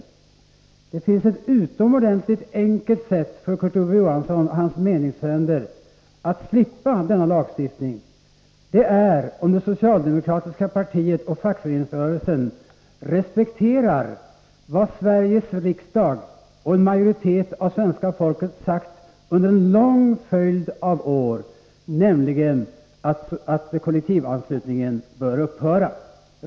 Men det finns ett utomordentligt enkelt sätt för Kurt Ove Johansson och hans meningsfränder att slippa denna lagstiftning, och det är att det socialdemokratiska partiet och fackföreningsrörelsen respekterar vad Sveriges riksdag och en majoritet av svenska folket har sagt under en lång följd av år, nämligen att kollektivanslutningen bör upphöra.